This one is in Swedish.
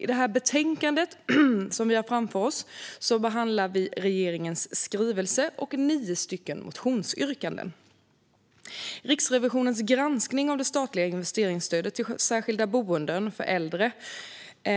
I det betänkande vi har framför oss behandlar vi regeringens skrivelse och nio motionsyrkanden. Riksrevisionens granskning av det statliga investeringsstödet till särskilda boenden för äldre fick